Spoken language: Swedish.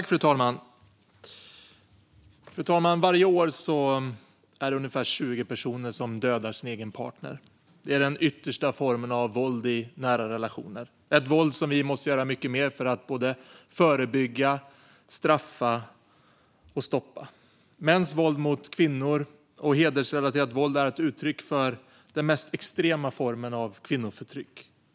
Fru talman! Varje år dödar ungefär 20 personer sin egen partner. Det är den yttersta formen av våld i nära relationer. Det är ett våld som vi måste göra mycket mer för att förebygga, straffa och stoppa. Mäns våld mot kvinnor och hedersrelaterat våld är ett uttryck för den mest extrema formen av kvinnoförtryck.